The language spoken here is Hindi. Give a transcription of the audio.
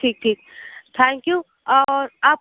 ठीक ठीक थैंग यू और आप